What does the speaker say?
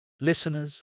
listeners